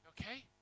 okay